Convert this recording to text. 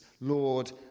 Lord